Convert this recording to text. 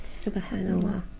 Subhanallah